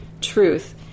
truth